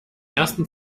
ersten